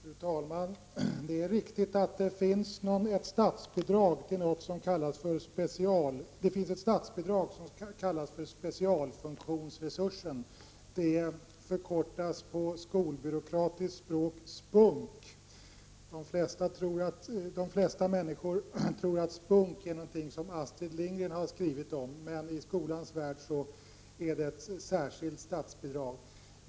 Fru talman! Det är riktigt att det finns ett statsbidrag som kallas för spe 16 november 1989 cialfunktionsresursen. Det förkortas på skolbyråkratiskt språk SPUNK.De = flesta människor tror att SPUNK är någonting som Astrid Lindgren har skrivit om, men i skolans värld är det ett särskilt statsbidrag.